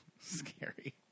Scary